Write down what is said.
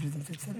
תודה.